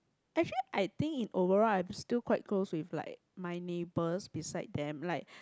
actually I think in overall I'm still quite close with like my neighbours beside them like